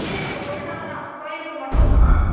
இல்லைங்க ஒரு நாள் தான் கோயிலுக்கு மட்டும் தான்